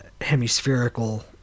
hemispherical